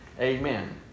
Amen